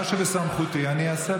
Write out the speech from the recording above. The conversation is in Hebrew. מה שבסמכותי אני אעשה,